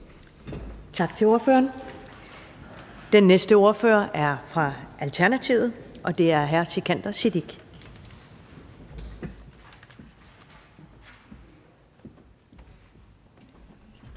Tak til ordføreren. Den næste ordfører er fra Alternativet, og det er hr. Sikandar Siddique.